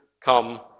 come